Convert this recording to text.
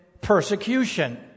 persecution